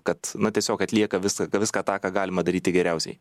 kad na tiesiog atlieka visa viską tą ką galima daryti geriausiai